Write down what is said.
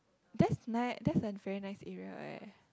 that's ni~ that's a very nice area right